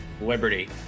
Liberty